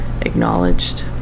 acknowledged